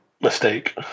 mistake